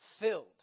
filled